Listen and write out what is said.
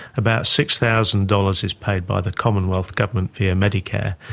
about six thousand dollars is paid by the commonwealth government via medicare,